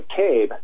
McCabe